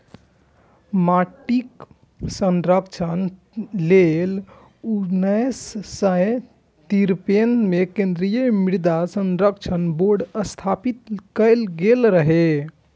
माटिक संरक्षण लेल उन्नैस सय तिरेपन मे केंद्रीय मृदा संरक्षण बोर्ड स्थापित कैल गेल रहै